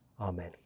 Amen